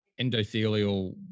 endothelial